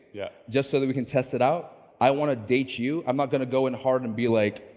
yeah. just so that we can test it out. i want to date you, i'm not gonna go in hard and be like,